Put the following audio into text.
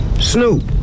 Snoop